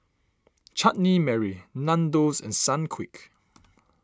Chutney Mary Nandos and Sunquick